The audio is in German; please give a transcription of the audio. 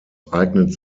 eignet